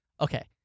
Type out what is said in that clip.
Okay